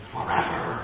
forever